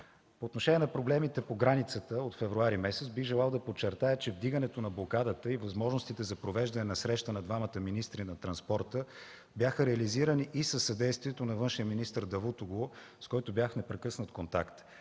По отношение на проблемите по границата от февруари месец бих желал да подчертая, че вдигането на блокадата и възможностите за провеждане на среща на двамата министри на транспорта бяха реализирани и със съдействието на външния министър Давутоглу, с който бях в непрекъснат контакт.